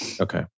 Okay